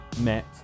met